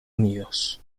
unidos